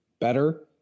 better